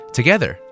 Together